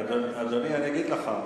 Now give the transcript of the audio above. אדוני, אגיד לך.